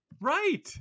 right